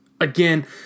again